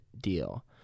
deal